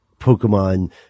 Pokemon